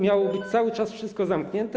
Miało być cały czas wszystko zamknięte?